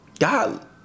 God